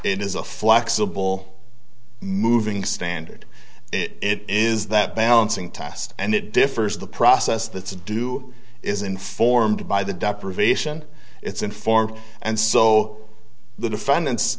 it is a flexible moving standard it is that balancing test and it defers the process that's due is informed by the deprivation it's informed and so the defendant